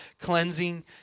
cleansing